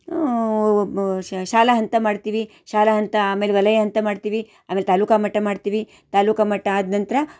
ಶಾಲಾ ಹಂತ ಮಾಡ್ತೀವಿ ಶಾಲಾ ಹಂತ ಆಮೇಲೆ ವಲಯ ಹಂತ ಮಾಡ್ತೀವಿ ಆಮೇಲೆ ತಾಲೂಕು ಮಟ್ಟ ಮಾಡ್ತೀವಿ ತಾಲೂಕು ಮಟ್ಟ ಆದ ನಂತರ